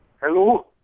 Hello